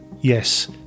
Yes